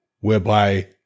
whereby